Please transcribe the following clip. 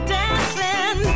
dancing